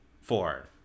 Four